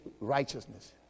righteousness